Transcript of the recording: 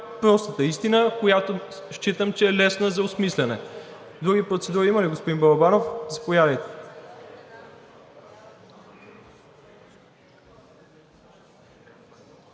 простата истина, която считам, че е лесна за осмисляне. Други процедури има ли, господин Балабанов? Заповядайте.